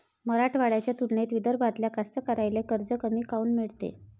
मराठवाड्याच्या तुलनेत विदर्भातल्या कास्तकाराइले कर्ज कमी काऊन मिळते?